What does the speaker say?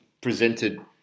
presented